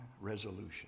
resolution